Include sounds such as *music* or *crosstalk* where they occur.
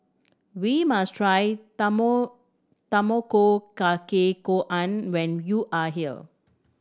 we must try *unintelligible* Tamago Kake Gohan when you are here